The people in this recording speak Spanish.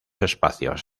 espacios